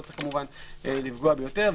לא צריך לפגוע ביותר.